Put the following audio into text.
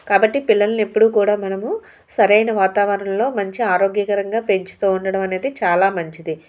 కాబట్టి పిల్లల్ని ఎప్పుడూ కూడా మనము సరైన వాతావరణంలో మంచి ఆరోగ్యకరంగా పెంచుతూ ఉండడం అనేది చాలా మంచిది